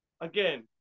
again